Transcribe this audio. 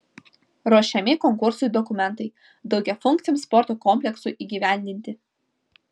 ruošiami konkursui dokumentai daugiafunkciam sporto kompleksui įgyvendinti